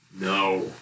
No